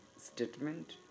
statement